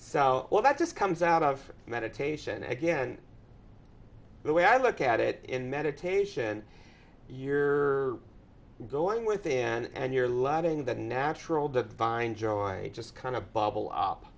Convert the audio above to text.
so well that just comes out of meditation again the way i look at it in meditation you're going within and you're letting the natural divine joy just kind of bubble